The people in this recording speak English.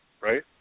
right